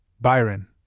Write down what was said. Byron